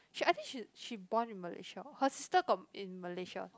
she I think she she born in Malaysia her sister got in Malaysia